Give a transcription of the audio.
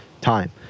Time